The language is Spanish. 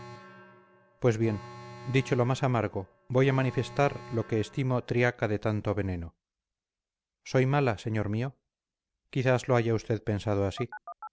pues bien dicho lo más amargo voy a manifestar lo que estimo triaca de tanto veneno soy mala señor mío quizás lo haya usted pensado así